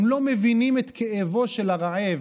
הם לא מבינים את כאבו של הרעב.